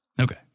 Okay